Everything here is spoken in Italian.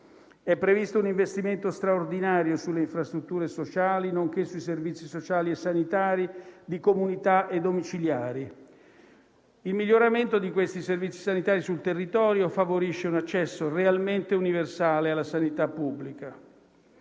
È previsto un investimento straordinario sulle infrastrutture sociali nonché sui servizi sociali e sanitari di comunità e domiciliari. Il miglioramento di questi servizi sanitari sul territorio favorisce un accesso realmente universale alla sanità pubblica.